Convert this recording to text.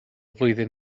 flwyddyn